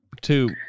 Two